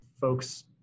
folks